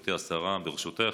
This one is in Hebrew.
גברתי השרה, ברשותך,